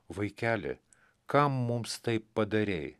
vaikeli kam mums taip padarei